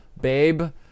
babe